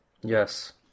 yes